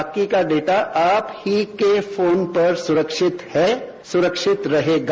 बाकी का डेटा आप ही के फोन पर सुरक्षित है सुरक्षित रहेगा